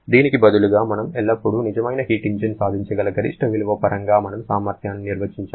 దీనికి బదులుగా మనము ఎల్లప్పుడూ నిజమైన హీట్ ఇంజిన్ సాధించగల గరిష్ట విలువ పరంగా మనం సామర్థ్యాన్ని నిర్వచించాలి